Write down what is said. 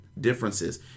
differences